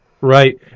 Right